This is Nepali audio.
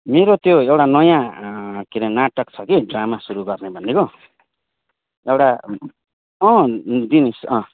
मेरो त्यो एउटा नयाँ के अरे नाटक छ कि ड्रामा सुरु गर्ने भनेको एउटा अँ दिनेश अँ